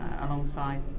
alongside